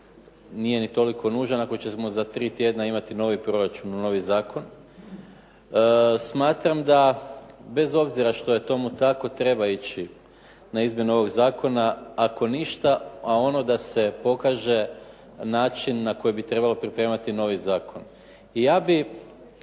nije ni toliko nužan ako ćemo za 3 tjedna imati novi proračun, novi zakon. Smatram da bez obzira što je tomu tako treba ići na izmjenu ovog zakona, ako ništa, a ono da se pokaže način na koji bi trebalo pripremati novi zakon. I ja bih